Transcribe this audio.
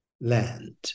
land